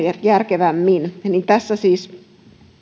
järkevämmin tässä siis